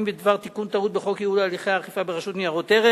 בדבר תיקון טעות בחוק ייעול הליכי האכיפה ברשות לניירות ערך